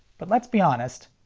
but let's be honest.